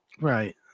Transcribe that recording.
right